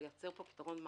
ולייצר פה פתרון מערכתי.